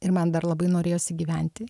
ir man dar labai norėjosi gyventi